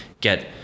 get